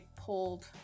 pulled